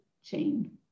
chain